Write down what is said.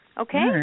Okay